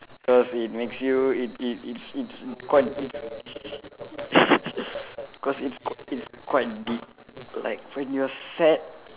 cause it makes you it it it's it's quite it's cause it's q~ it's quite deep like when you are sad